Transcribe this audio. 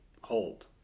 hold